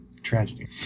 tragedy